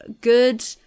good